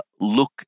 look